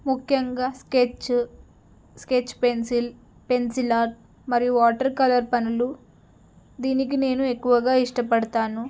ముఖ్యంగా sketch sketch pencil pencil art మరియు water colour పనులు దీనికి నేను ఎక్కువగా ఇష్టపడతాను